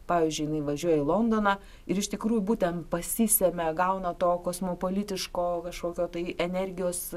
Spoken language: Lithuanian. pavyzdžiui jinai važiuoja į londoną ir iš tikrųjų būtent pasisemia gauna to kosmopolitiško kažkokio tai energijos